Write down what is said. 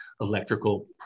electrical